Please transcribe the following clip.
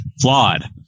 flawed